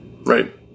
right